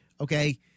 okay